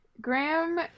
Graham